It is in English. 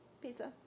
Pizza